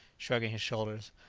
shrugging his shoulders.